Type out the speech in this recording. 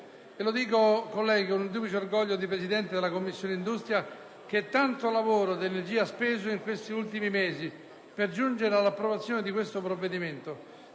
Lo dico, colleghi, con il duplice orgoglio in primo luogo di Presidente della Commissione industria, che tanto lavoro ed energie ha speso in questi ultimi mesi per giungere all'approvazione di questo provvedimento.